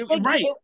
right